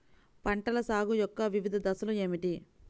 పంటల సాగు యొక్క వివిధ దశలు ఏమిటి?